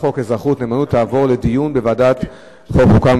חוק אזרחות נאמנות תעבורנה לדיון בוועדת החוקה,